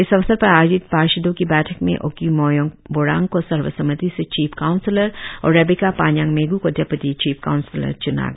इस अवसर पर आयोजित पार्षदों की बैठक में ओकी मोयोंग बोरांग को सर्वसम्मति से चीफ काउंसिलर और रेबिका पानयांग मेग् को डिप्यूटी चीफ काउंसिलर च्ना गया